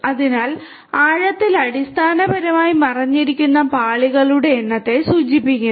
അതിനാൽ ആഴത്തിൽ അടിസ്ഥാനപരമായി മറഞ്ഞിരിക്കുന്ന പാളികളുടെ എണ്ണത്തെ സൂചിപ്പിക്കുന്നു